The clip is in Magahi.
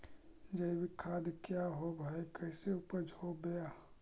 जैविक खाद क्या होब हाय कैसे उपज हो ब्हाय?